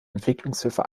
entwicklungshilfe